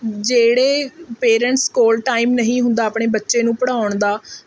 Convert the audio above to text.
ਜਿਹੜੇ ਪੇਰੈਂਟਸ ਕੋਲ ਟਾਈਮ ਨਹੀਂ ਹੁੰਦਾ ਆਪਣੇ ਬੱਚੇ ਨੂੰ ਪੜ੍ਹਾਉਣ ਦਾ